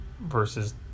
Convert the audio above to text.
versus